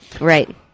Right